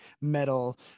metal